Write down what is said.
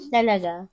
Talaga